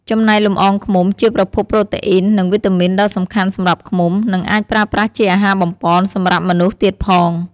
ចំណែកលំអងឃ្មុំ ជាប្រភពប្រូតេអ៊ីន និងវីតាមីនដ៏សំខាន់សម្រាប់ឃ្មុំ និងអាចប្រើប្រាស់ជាអាហារបំប៉នសម្រាប់មនុស្សទៀតផង។